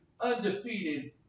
undefeated